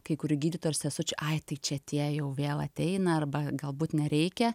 kai kurių gydytojų ar sesučių ai tai čia tie jau vėl ateina arba galbūt nereikia